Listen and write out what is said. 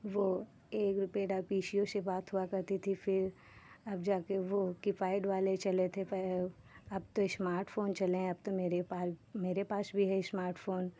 वो एक रुपए का पी सी ओ से बात हुआ करती थी फिर अब जाके वो की पैड वाले चले थे अब तो स्मार्ट फोन चले हैं अब तो मेरे पास मेरे पास भी है स्मार्ट फोन